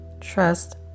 trust